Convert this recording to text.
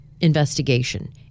investigation